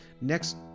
Next